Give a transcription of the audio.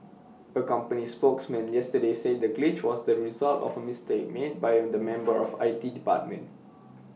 A company spokesman yesterday said the glitch was the result of A mistake made by A the member of I T department